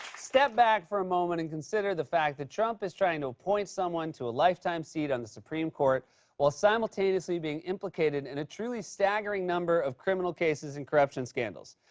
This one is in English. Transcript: step back for a moment and consider that fact that trump is trying to appoint someone to a lifetime seat on the supreme court while simultaneously being implicated in a truly staggering number of criminal cases and corruption scandals.